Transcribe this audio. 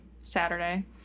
Saturday